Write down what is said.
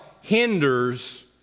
hinders